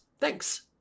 Thanks